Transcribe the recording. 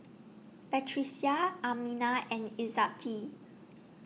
Batrisya Aminah and Izzati